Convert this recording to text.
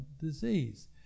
disease